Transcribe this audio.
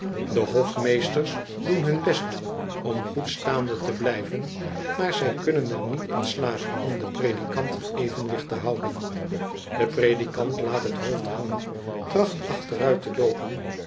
de hofmeesters doen hun best om goed staande te blijven maar zij kunnen er niet in slagen om den predikant in evenwicht te houden do predikant laat het hoofd hangen tracht achteruit te loopen